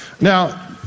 Now